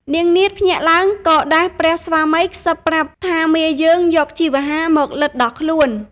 នាងនាថភ្ញាក់ឡើងក៏ដាស់ព្រះស្វាមីខ្សឹបប្រាប់ថាមាយើងយកជីវ្ហាមកលិទ្ធដោះខ្លួន។